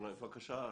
בבקשה.